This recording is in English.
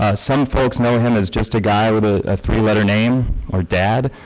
some folks know him as just a guy with ah a three-letter name or dad.